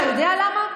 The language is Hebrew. אתה יודע למה?